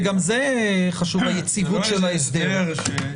גם זה חשוב ליציבות של ההסדר.